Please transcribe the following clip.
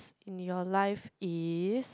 in your life is